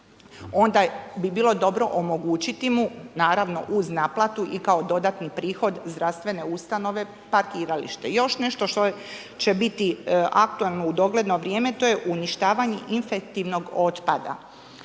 onda bi bilo dobro omogućiti mu, naravno uz naplatu, i kao dodatni prihod zdravstvene ustanove parkiralište. Još nešto što će biti aktualno u dogledno vrijeme, to je uništavanje infektivnog otpada.